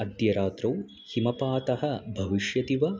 अद्य रात्रौ हिमपातः भविष्यति वा